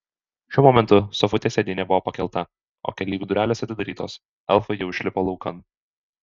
šiuo momentu sofutės sėdynė buvo pakelta o keleivių durelės atidarytos elfai jau išlipo laukan